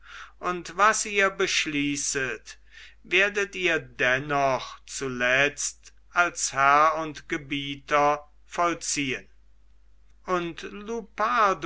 und was ihr beschließet werdet ihr dennoch zuletzt als herr und gebieter vollziehen und